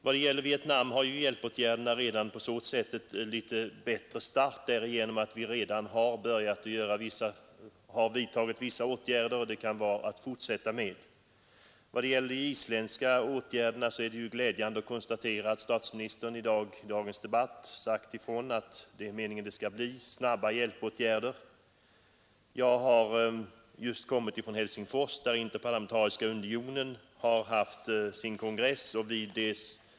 I Vietnam får nu hjälpåtgärderna en bättre start därigenom att vi redan har vidtagit vissa åtgärder som vi kan fortsätta med. När det gäller åtgärderna i fråga om Island är det glädjande att statsministern i dagens debatt sagt ifrån att det är meningen att det skall bli snabba hjälpåtgärder. — Jag har just kommit från Helsingfors, där Interparlamentariska unionen haft en konferens.